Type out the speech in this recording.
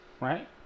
right